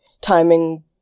timing